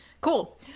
Cool